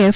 F